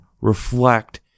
reflect